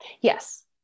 Yes